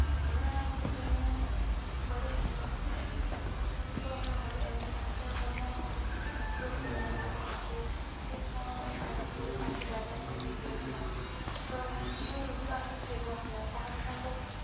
ᱫᱷᱚᱨᱮ ᱱᱟᱣ ᱢᱤᱫᱴᱮᱱ ᱵᱟᱹᱲᱤᱡ ᱮᱢᱵᱩᱞᱮᱱᱥ ᱦᱮᱡ ᱟᱠᱟᱱᱟ ᱛᱚ ᱚᱱᱟ ᱵᱟᱹᱲᱤᱡ ᱮᱢᱵᱩᱞᱮᱱᱥ ᱨᱮ ᱠᱳᱱᱳ ᱢᱟᱱᱮ ᱥᱩᱡᱳᱜᱽ ᱥᱩᱵᱤᱫᱟ ᱠᱚ ᱵᱟᱹᱱᱩᱜᱼᱟ ᱟᱨᱠᱤ ᱥᱤᱴ ᱦᱚᱸ ᱨᱟᱹᱯᱩᱫ ᱟᱨᱠᱤ ᱰᱟᱭᱵᱟᱨ ᱦᱚᱸ ᱧᱩ ᱵᱩᱞ ᱜᱮᱭᱟᱭ ᱛᱚ ᱩᱱᱤ ᱨᱩᱜᱤ ᱟᱨᱠᱤ ᱥᱤᱨᱭᱟᱥ ᱜᱮᱭᱟᱭ ᱛᱟᱦᱚᱞᱮ ᱠᱷᱟᱱ ᱫᱚ